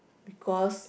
because